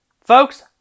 Folks